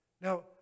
Now